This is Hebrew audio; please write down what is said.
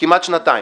כמעט שנתיים.